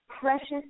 precious